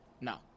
no